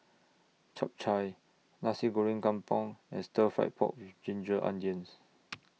Chap Chai Nasi Goreng Kampung and Stir Fry Pork with Ginger Onions